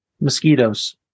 Mosquitoes